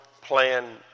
plan